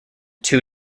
two